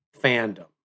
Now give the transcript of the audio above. fandom